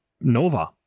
Nova